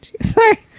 Sorry